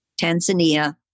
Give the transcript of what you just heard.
Tanzania